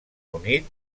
unit